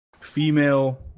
female